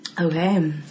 Okay